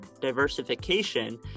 diversification